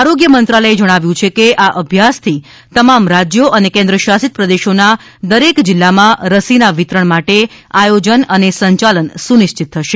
આરોગ્ય મંત્રાલયે જણાવ્યું છે કે આ અભ્યાસથી તમામ રાજ્યો અને કેન્દ્ર શાસિત પ્રદેશોના દરેક જિલ્લામાં રસીના વિતરણ માટે આયોજન અને સંચાલન સુનિશ્ચિત થશે